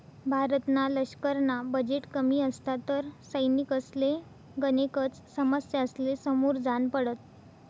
भारतना लशकरना बजेट कमी असता तर सैनिकसले गनेकच समस्यासले समोर जान पडत